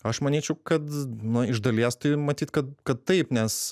aš manyčiau kad na iš dalies tai matyt kad kad taip nes